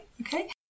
Okay